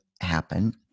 happen